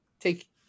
take